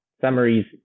summaries